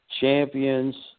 Champions